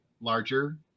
larger